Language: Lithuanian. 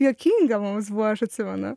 juokinga mums buvo aš atsimenu